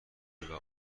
جولای